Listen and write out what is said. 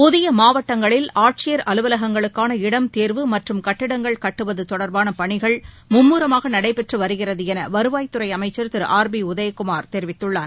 புதியமாவட்டங்களில் ஆட்சியர் அலுவலகங்களுக்கான இடம் தேர்வு மற்றும் கட்டடங்கள் கட்டுவதுதொடர்பானபணிகள் மும்முரமாகநடைபெற்றுவருகிறதுஎனவருவாய்த்துறைஅமைச்சா் திருஆர் பிஉதயகுமார் தெரிவித்துள்ளார்